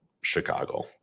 Chicago